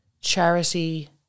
charity